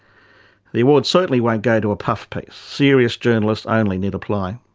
the award certainly won't go to a puff piece, serious journalists only need apply.